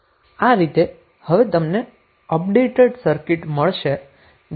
આ રીતે હવે તમને આપડેટેડ સર્કિટ મળશે